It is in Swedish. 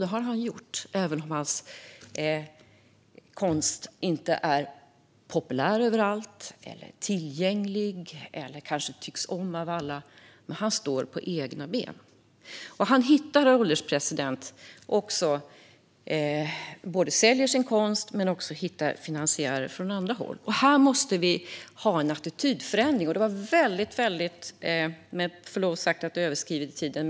Det har han gjort, även om hans konst inte är populär överallt, tillgänglig eller tycks om av alla. Men han står på egna ben. Han säljer sin konst och hittar också finansiärer från annat håll. Här måste vi få till stånd en attitydförändring.